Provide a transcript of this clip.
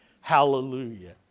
hallelujah